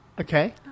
Okay